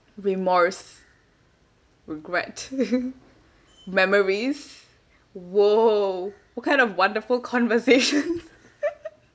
remorse regret memories !wow! what kind of wonderful conversation